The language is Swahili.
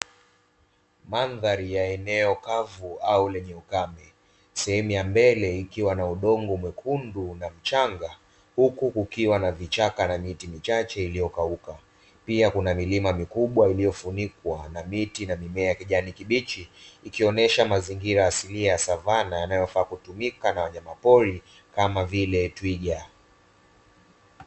Mandhari ya eneo kavu au lenye ukame sehemu ya mbele ikiwa na udongo mwekundu na mchanga, huku kukiwa na vichaka na miti michache iliyokauka, pia kuna milima mikubwa ikiyofunikwa na miti na mimea ya kijani kibichi, ikionyesha mazingira asilia ya savana yanaofaa kutumika na wanyama pori kama vile twiga.